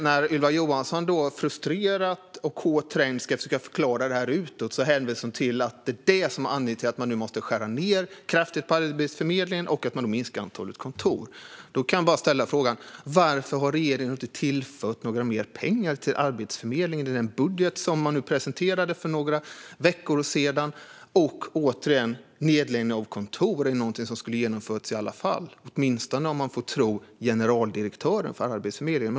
När Ylva Johansson frustrerat och påträngt ska försöka förklara detta utåt hänvisar hon till att det är den budgeten som är anledningen till att man nu måste skära ned kraftigt på Arbetsförmedlingen och minska antalet kontor. Då kan jag bara ställa frågan: Varför har regeringen inte tillfört mer pengar till Arbetsförmedlingen i den budget som man presenterade för några veckor sedan? Och, återigen, nedläggning av kontor är väl något som skulle ha genomförts i alla fall, åtminstone om man får tro generaldirektören för Arbetsförmedlingen.